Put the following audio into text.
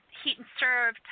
heat-and-serve